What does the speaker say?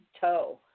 toe